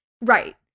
right